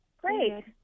Great